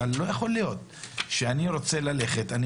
אבל לא יכול להיות שכשאני רוצה ללכת אני